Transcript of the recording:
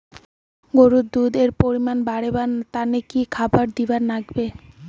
গরুর দুধ এর পরিমাণ বারেবার তানে কি খাবার দিবার লাগবে?